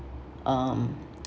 um